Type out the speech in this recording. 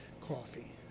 coffee